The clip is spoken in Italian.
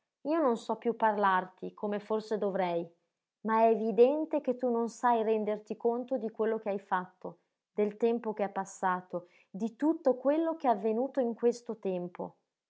io non so piú parlarti come forse dovrei ma è evidente che tu non sai renderti conto di quello che hai fatto del tempo che è passato di tutto quello che è avvenuto in questo tempo